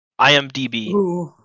IMDb